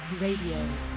Radio